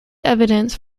evidence